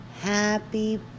Happy